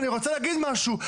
אני רוצה להגיד משהו.